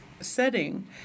setting